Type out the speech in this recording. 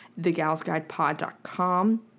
thegalsguidepod.com